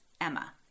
Emma